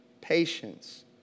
patience